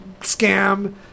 scam